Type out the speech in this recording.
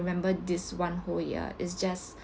remember this one whole year it's just